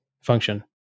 function